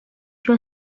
your